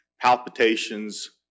palpitations